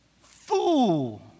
fool